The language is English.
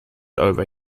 over